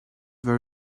were